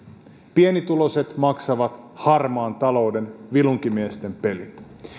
pienituloiset maksavat harmaan talouden vilunkimiesten pelin